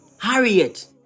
Harriet